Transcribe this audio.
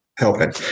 Helping